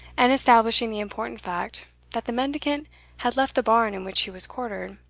and establishing the important fact that the mendicant had left the barn in which he was quartered,